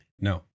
no